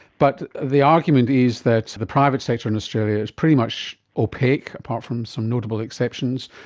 but the argument is that the private sector in australia is pretty much opaque, apart from some notable exceptions,